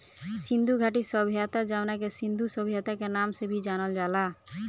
सिंधु घाटी सभ्यता जवना के सिंधु सभ्यता के नाम से भी जानल जाला